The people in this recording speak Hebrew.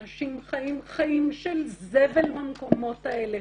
אנשים חיים חיים של זבל במקומות האלה.